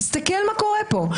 תסתכל מה קורה פה.